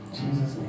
Jesus